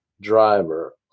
driver